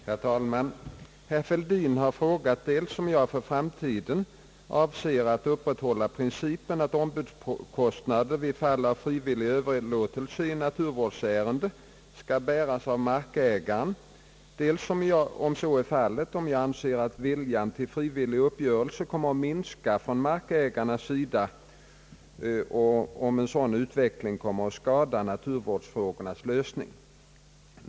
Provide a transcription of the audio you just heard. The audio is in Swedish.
Herr talman! Herr Fälldin har frågat mig dels om jag för framtiden avser att upprätthålla principen att ombudskostnader vid fall av frivillig överenskommelse i naturvårdsärende skall bäras av markägaren, dels — om så är fallet — om jag anser att viljan till frivillig uppgörelse kommer att minskas från markägarnas sida och om en sådan utveckling kommer att skada naturvårdsfrågornas lösning.